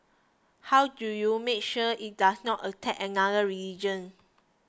how do you make sure it does not attack another religion